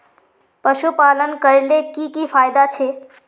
पशुपालन करले की की फायदा छे?